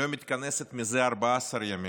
לא מתכנסת מזה 14 ימים.